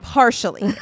partially